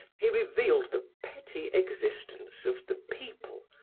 he revealed the petty existence of the people,